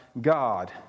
God